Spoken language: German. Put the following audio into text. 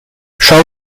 schau